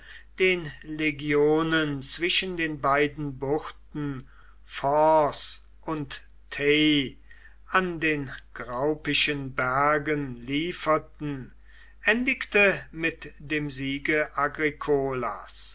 den legionen zwischen den beiden buchten forth und tay an den graupischen bergen lieferten endigte mit dem siege